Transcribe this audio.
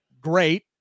great